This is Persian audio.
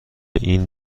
این